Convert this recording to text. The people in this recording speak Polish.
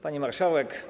Pani Marszałek!